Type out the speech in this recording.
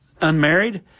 unmarried